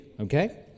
okay